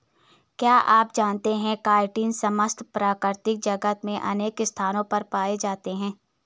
क्या आप जानते है काइटिन समस्त प्रकृति जगत में अनेक स्थानों पर पाया जाता है?